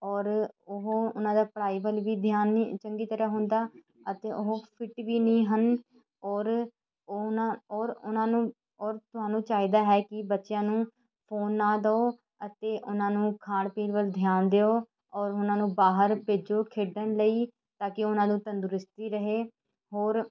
ਔਰ ਉਹ ਉਹਨਾਂ ਦਾ ਪੜ੍ਹਾਈ ਵੱਲ ਵੀ ਧਿਆਨ ਨਹੀਂ ਚੰਗੀ ਤਰ੍ਹਾਂ ਹੁੰਦਾ ਅਤੇ ਉਹ ਫਿਟ ਵੀ ਨਹੀਂ ਹਨ ਔਰ ਉਹਨਾਂ ਔਰ ਉਹਨਾਂ ਨੂੰ ਔਰ ਤੁਹਾਨੂੰ ਚਾਹੀਦਾ ਹੈ ਕਿ ਬੱਚਿਆਂ ਨੂੰ ਫੋਨ ਨਾ ਦਿਉ ਅਤੇ ਉਹਨਾਂ ਨੂੰ ਖਾਣ ਪੀਣ ਵੱਲ ਧਿਆਨ ਦਿਉ ਔਰ ਉਹਨਾਂ ਨੂੰ ਬਾਹਰ ਭੇਜੋ ਖੇਡਣ ਲਈ ਤਾਂ ਕਿ ਉਹਨਾਂ ਨੂੰ ਤੰਦਰੁਸਤੀ ਰਹੇ ਹੋਰ